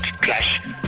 Clash